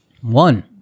One